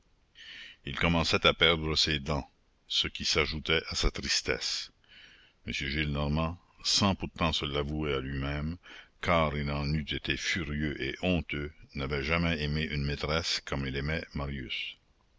il commençait à perdre ses dents ce qui s'ajoutait à sa tristesse m gillenormand sans pourtant se l'avouer à lui-même car il en eut été furieux et honteux n'avait jamais aimé une maîtresse comme il aimait marius